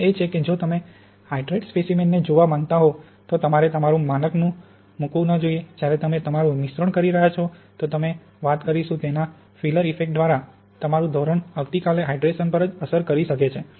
સમસ્યા એ છે કે જો તમે હાઇડ્રેટેડ સ્પેસીમેનને જોવા માંગતા હોવ તો તમારે તમારું માનક ન મૂકવું જોઈએ જ્યારે તમે તમારું મિશ્રણ કરી રહ્યાં છો તો અમે વાત કરીશું તેના ફિલર ઇફેક્ટ દ્વારા તમારું ધોરણ આવતીકાલે હાઇડ્રેશન પર જ અસર કરી શકે છે